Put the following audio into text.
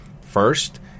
First